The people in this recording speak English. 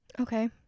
Okay